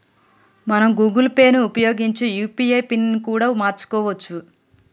మనం Google Pay ని ఉపయోగించి యూ.పీ.ఐ పిన్ ని కూడా మార్చుకోవచ్చు